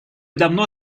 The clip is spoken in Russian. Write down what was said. давно